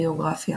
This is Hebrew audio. ביוגרפיה